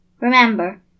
Remember